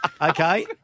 Okay